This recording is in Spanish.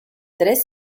tres